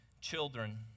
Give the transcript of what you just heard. children